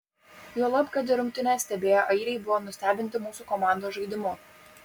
juolab kad ir rungtynes stebėję airiai buvo nustebinti mūsų komandos žaidimu